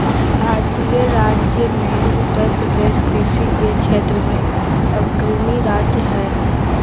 भारतीय राज्य मे उत्तरप्रदेश कृषि के क्षेत्र मे अग्रणी राज्य हय